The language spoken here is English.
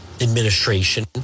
administration